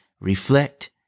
reflect